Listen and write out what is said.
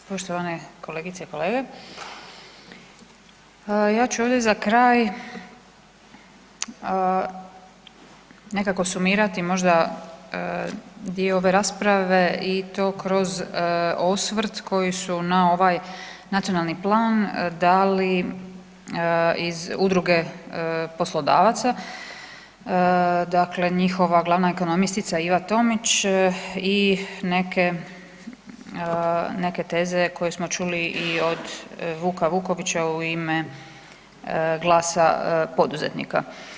Poštovane kolegice i kolege, ja ću ovdje za kraj nekako sumirati možda dio ove rasprave i to kroz osvrt koji su na ovaj nacionalni plan dali iz udruge poslodavaca, dakle njihova glavna ekonomistica Iva Tomić i neke, neke teze koje smo čuli i od Vuka Vukovića u ime Glasa poduzetnika.